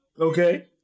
Okay